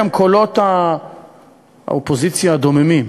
גם קולות האופוזיציה הדוממים,